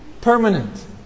permanent